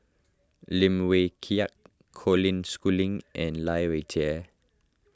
Lim Wee Kiak Colin Schooling and Lai Weijie